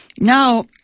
Now